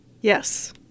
Yes